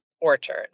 orchard